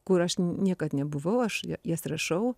kur aš niekad nebuvau aš ja jas rašau